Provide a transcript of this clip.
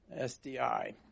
SDI